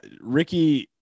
Ricky